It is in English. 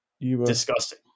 Disgusting